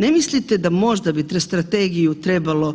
Ne mislite da možda bi strategiju trebalo